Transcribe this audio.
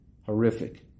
horrific